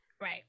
Right